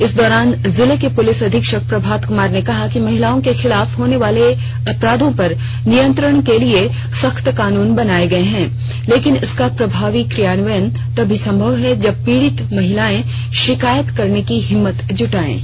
इस दौरान जिले के पुलिस अधीक्षक प्रभात कुमार ने कहा कि महिलाओं के खिलाफ होनेवाले अपराधों पर नियंत्रण के लिए सख्त कानून बनाये गये हैं लेकिन इसका प्रभावी क्रियान्वयन तभी संभव है जब पीड़ित महिलायें शिकायत करने की हिम्मत जुटायेंगी